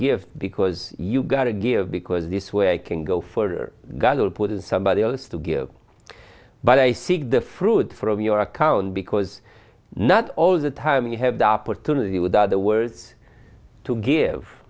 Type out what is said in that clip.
give because you gotta give because this way i can go for god will put in somebody else to give but i seek the fruit from your account because not all the time you have the opportunity with other words to give